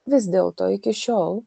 vis dėl to iki šiol